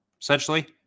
essentially